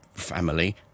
family